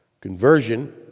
Conversion